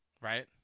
Right